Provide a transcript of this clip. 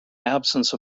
absence